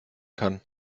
kann